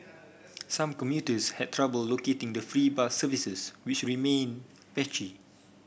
some commuters had trouble locating the free bus services which remained patchy